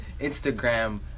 Instagram